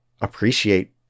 appreciate